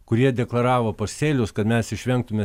kurie deklaravo pasėlius kad mes išvengtume